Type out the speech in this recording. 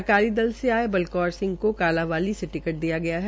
अकाली दल से आये बलकौर सिह को कांलावाली से टिकट दियागया है